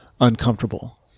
uncomfortable